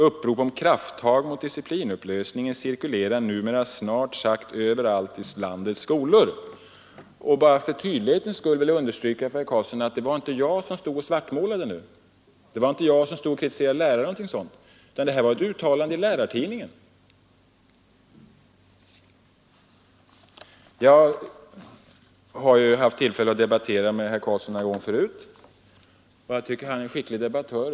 Upprop om ”krafttag” mot ”disciplinupplösningen” cirkulerar numera snart sagt överallt i landets skolor.” Bara för tydlighetens skull vill jag understryka för herr Carlsson att det inte var jag som stod och svartmålade och kritiserade lärarna, utan det här var ett uttalande i Lärartidningen. Jag har haft tillfälle att debattera med herr Carlsson några gånger förut, och jag tycker att han är en skicklig debattör.